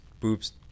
boobs